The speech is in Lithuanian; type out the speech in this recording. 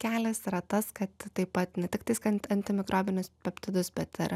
kelias yra tas kad taip pat ne tik tais kad antimikrobinius peptidus bet ir